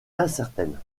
incertaine